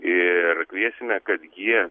ir kviesime kad jie